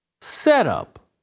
setup